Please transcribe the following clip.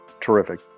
Terrific